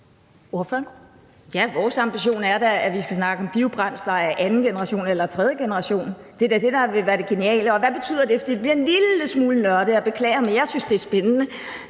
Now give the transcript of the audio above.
vores ambition er da, at vi skal snakke om biobrændsler af anden generation eller tredje generation. Det er da det, der vil være det geniale. Og hvad betyder det? Det bliver en lille smule nørdet, jeg beklager, men jeg synes, det er spændende